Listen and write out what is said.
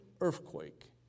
earthquake